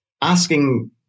asking